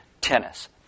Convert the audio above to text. tennis